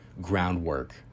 groundwork